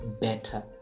better